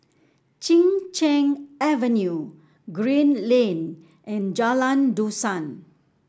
Chin Cheng Avenue Green Lane and Jalan Dusan